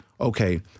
okay